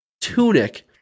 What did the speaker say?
Tunic